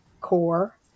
core